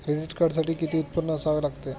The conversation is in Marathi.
क्रेडिट कार्डसाठी किती उत्पन्न असावे लागते?